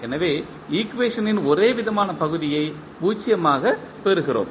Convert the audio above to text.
எனவே ஈக்குவேஷனின் ஒரேவிதமான பகுதியை 0 ஆகப் பெறுகிறோம்